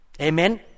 Amen